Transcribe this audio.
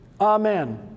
Amen